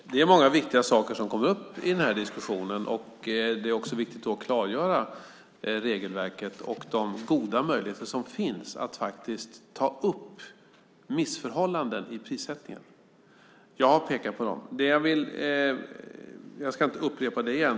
Fru talman! Det är många viktiga saker som kommer upp i den här diskussionen. Det är också viktigt att klargöra regelverket och de goda möjligheter som faktiskt finns att ta upp missförhållanden i prissättningen. Jag har pekat på dem och ska inte upprepa det.